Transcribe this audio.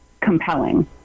compelling